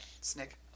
Snick